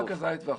רק הזית והחרוב.